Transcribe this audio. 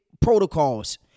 protocols